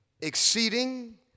exceeding